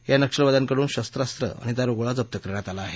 या नक्षलवाद्यांकडून शस्त्रास्त्र आणि दारुगोळा जप्त करण्यात आला आहे